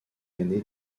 aîné